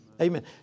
amen